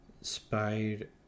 spider